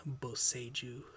Boseju